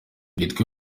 gitwe